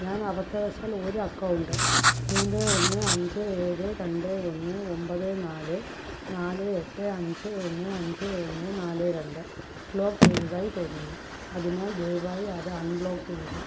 ഞാൻ അബദ്ധവശാൽ ഒരു അക്കൗണ്ട് മൂന്ന് ഒന്ന് അഞ്ച് ഏഴ് രണ്ട് ഒന്ന് ഒമ്പത് നാല് നാല് എട്ട് അഞ്ച് ഒന്ന് അഞ്ച് ഒന്ന് നാല് രണ്ട് ബ്ലോക്ക് ചെയ്തതായി തോന്നുന്നു അതിനാൽ ദയവായി അത് അൺബ്ലോക്ക് ചെയ്യുക